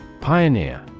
Pioneer